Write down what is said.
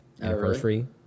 anniversary